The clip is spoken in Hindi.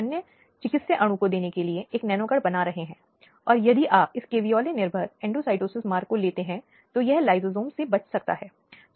इसलिए मुआवज़ा एक अधिकार है जिससे शारीरिक पीड़ा या मानसिक आघात और तमाम पीड़ाएँ होती हैं जो पीड़ित को भुगतनी पड़ती हैं